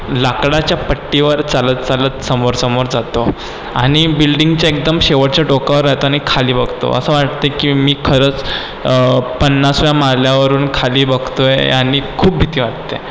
लाकडाच्या पट्टीवर चालत चालत समोर समोर जातो आणि बिल्डिंगच्या एकदम शेवटच्या टोकावर आतानी खाली बघतो असं वाटतं की मी खरंच पन्नासव्या मजल्यावरून खाली बघतो आहे आणि खूप भीती वाटते